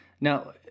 Now